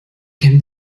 can